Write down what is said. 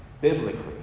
biblically